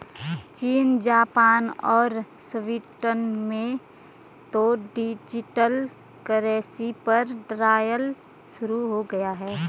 चीन, जापान और स्वीडन में तो डिजिटल करेंसी पर ट्रायल शुरू हो गया है